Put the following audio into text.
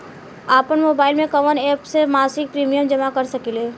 आपनमोबाइल में कवन एप से मासिक प्रिमियम जमा कर सकिले?